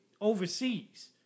overseas